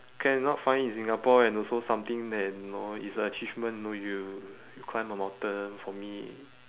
cannot find in singapore and also something that you know it's a achievement you know you climb a mountain for me